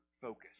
focus